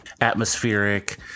atmospheric